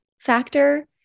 factor